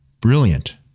Brilliant